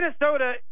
Minnesota